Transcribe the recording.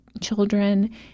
Children